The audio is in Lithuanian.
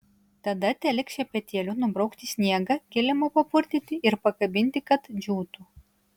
tada teliks šepetėliu nubraukti sniegą kilimą papurtyti ir pakabinti kad džiūtų